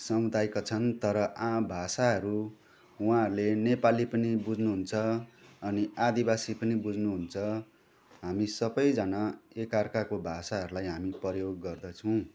समुदायका छन् तर आ भाषाहरू उहाँहरूले नेपाली पनि बुझ्नुहुन्छ अनि आदिवासी पनि बुझ्नुहुन्छ हामी सबैजना एकाअर्काको भाषाहरूलाई हामी प्रयोग गर्दछौँ